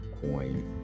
coin